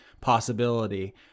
possibility